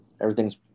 everything's